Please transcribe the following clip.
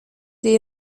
die